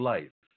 Life